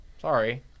Sorry